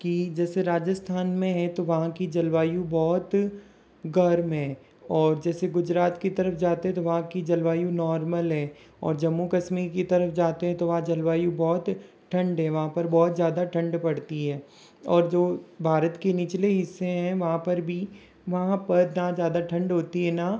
कि जैसे राजस्थान में है तो वहाँ की जल वायु बहुत गर्म है और जैसे गुजरात की तरफ जाते तो वहाँ की जल वायु नॉर्मल है और जम्मू कश्मीर की तरफ जाते है तो वहाँ जल वायु बहुत ठंड है वहां पर बहुत ज्यादा ठंड पड़ती है और जो भारत के निचले हिस्से हैं वहाँ पर भी वहाँ पर न ज़्यादा ठंड होती है ना